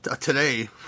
today